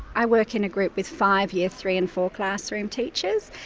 i work in a group with five year three and four classroom teachers.